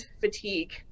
fatigue